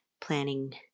Planning